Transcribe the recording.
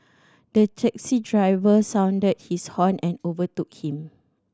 the taxi driver sounded his horn and overtook him